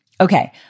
Okay